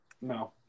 No